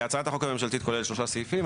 הצעת החוק הממשלתית כוללת שלושה סעיפים.